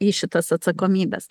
į šitas atsakomybes